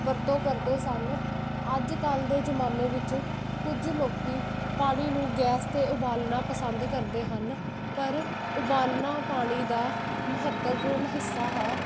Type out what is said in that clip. ਵਰਤੋਂ ਕਰਦੇ ਸਨ ਅੱਜ ਕੱਲ ਦੇ ਜਮਾਨੇ ਵਿੱਚ ਕੁਝ ਲੋਕੀ ਪਾਣੀ ਨੂੰ ਗੈਸ ਤੇ ਉਬਾਲਣਾ ਪਸੰਦ ਕਰਦੇ ਹਨ ਪਰ ਉਬਾਲਣਾ ਪਾਣੀ ਦਾ ਮਹੱਤਵਪੂਰਨ ਹਿੱਸਾ ਹੈ